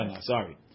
Sorry